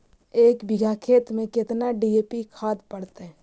एक बिघा खेत में केतना डी.ए.पी खाद पड़तै?